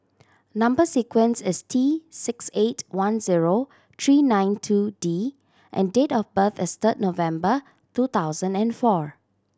number sequence is T six eight one zero three nine two D and date of birth is third November two thousand and four